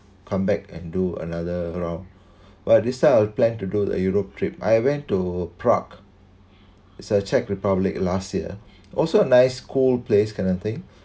come back and do another round but they still have plan to do the europe trip I went to prague it's uh czech republic last year also nice cold place kind of thing